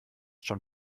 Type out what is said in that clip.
schon